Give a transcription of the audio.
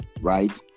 Right